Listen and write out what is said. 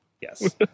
yes